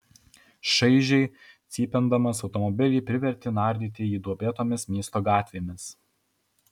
šaižiai cypindamas automobilį privertė nardyti jį duobėtomis miesto gatvėmis